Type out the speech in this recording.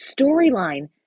storyline